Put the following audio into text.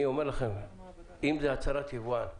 אני אומר לכם שאם זה הצהרת יבואן ושוב,